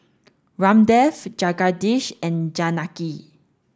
Ramdev Jagadish and Janaki